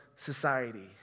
society